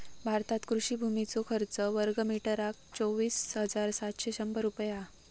भारतात कृषि भुमीचो खर्च वर्गमीटरका चोवीस हजार सातशे शंभर रुपये हा